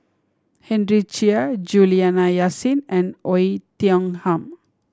Henry Chia Juliana Yasin and Oei Tiong Ham